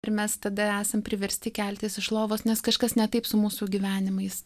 ir mes tada esam priversti keltis iš lovos nes kažkas ne taip su mūsų gyvenimais